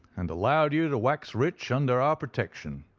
and allowed you to wax rich under our protection.